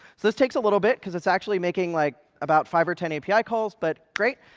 so this takes a little bit because it's actually making like about five or ten api calls, but great.